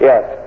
Yes